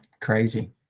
crazy